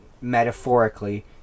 metaphorically